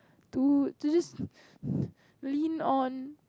dude to just lean on